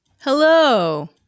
Hello